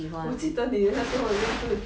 我记得你那时候好像是